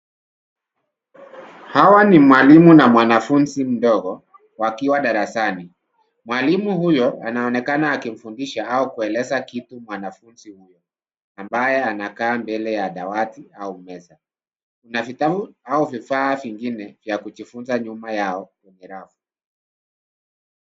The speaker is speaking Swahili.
Hawa ni mwalimu na mwanafunzi mdogo wakiwa darasani. Mwalimu huyo anaonekana akimfundiska au kueleza kitu mwanafunzi huyo ambaye anakaa ju ya dawati au meza. Kuna vitabu au vifaa vingine vya kujifunza nyuma yao kwenye rafu.